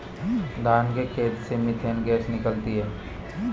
धान के खेत से मीथेन गैस निकलती है